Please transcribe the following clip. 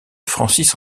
francis